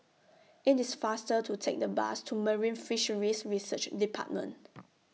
IT IS faster to Take The Bus to Marine Fisheries Research department